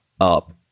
up